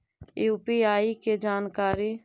UPI के जानकारी?